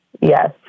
Yes